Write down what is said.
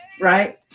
Right